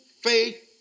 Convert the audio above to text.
faith